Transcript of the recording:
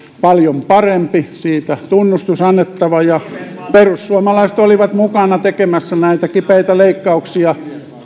paljon parempi siitä on tunnustus annettava perussuomalaiset olivat mukana tekemässä näitä kipeitä leikkauksia